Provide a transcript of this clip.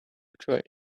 betrayed